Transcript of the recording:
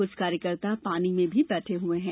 कुछ कार्यकर्ता पानी में भी बैठे हुए हैं